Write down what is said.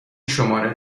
شماره